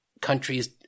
countries